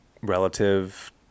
relative